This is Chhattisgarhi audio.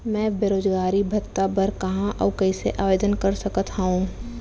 मैं बेरोजगारी भत्ता बर कहाँ अऊ कइसे आवेदन कर सकत हओं?